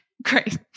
Great